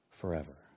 forever